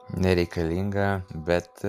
nereikalinga bet